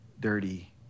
dirty